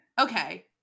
Okay